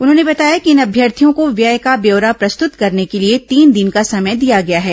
उन्होंने बताया कि इन अभ्यर्थियों को व्यय का व्यौरा प्रस्तुत करने के लिए तीन दिन का समय दिया गया है